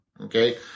okay